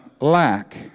lack